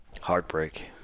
Heartbreak